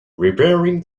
repairing